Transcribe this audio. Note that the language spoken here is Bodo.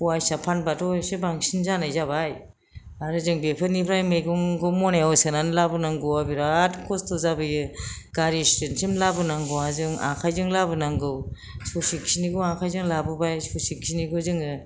फवा हिसाब फाब्लाथ' एस बांसिन जानाय जाबाय आरो जों बेफोरनिफ्राय मैगंखौ मनायाव सोनानै लाबोनांगौ आ बिराद खस्थ' जाबोयो गारि सिट सिम लाबोनांगौ आ जों आखायजों लाबोनांगौ ससे खिनिखौ आखायजों लाबोबाय ससे खिनिखौ जोङो